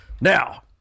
now